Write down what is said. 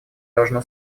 должно